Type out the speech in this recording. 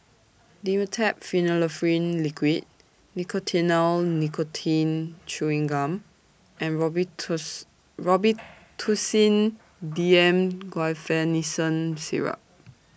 Dimetapp Phenylephrine Liquid Nicotinell Nicotine Chewing Gum and Robitussin D M Guaiphenesin Syrup